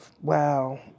Wow